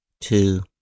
two